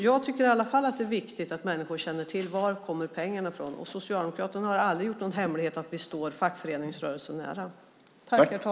Jag tycker i alla fall att det är viktigt att människor känner till varifrån pengarna kommer. Socialdemokraterna har aldrig gjort någon hemlighet av att vi står fackföreningsrörelsen nära.